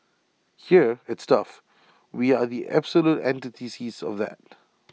here at stuff we are the absolute antithesis of that